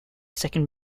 second